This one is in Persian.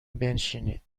بنشینید